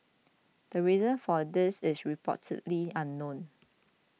the reason for this is reportedly unknown